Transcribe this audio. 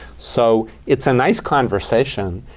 so it's a nice conversation.